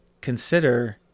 consider